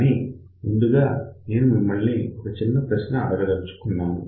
కానీ ముందుగా నేను మిమ్మల్ని ఒక చిన్న ప్రశ్న అడగదలుచుకున్నాను